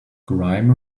grime